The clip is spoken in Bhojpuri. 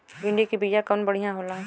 भिंडी के बिया कवन बढ़ियां होला?